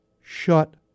Shut